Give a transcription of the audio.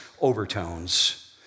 overtones